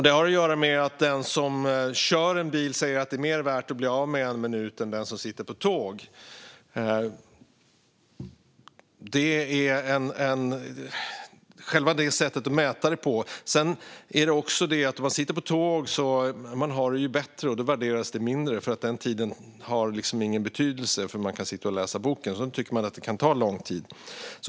Det har att göra med att den som kör en bil säger att det är mer värt att bli av med en minut än den som sitter på tåg. Det handlar om själva sättet att mäta det på. När man sitter på tåg har man det bättre. Det värderas lite mindre. Den tiden har liksom ingen betydelse. Man kan sitta och läsa en bok, och då tycker man att det kan ta lång tid.